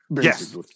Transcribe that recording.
Yes